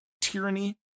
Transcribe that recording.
tyranny